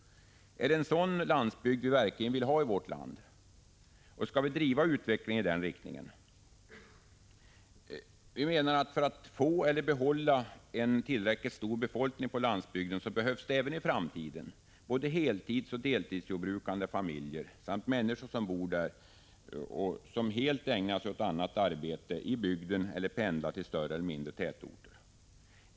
Är det verkligen en sådan landsbygd vi vill ha i vårt land? Skall vi driva utvecklingen i denna riktning? För att få eller behålla en tillräckligt stor befolkning på landsbygden behövs det även i framtiden både heltidsoch deltidsjordbrukande familjer samt människor som bor där och som helt ägnar sig åt annat arbete i bygden eller som pendlar till större eller mindre tätorter.